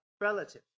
relative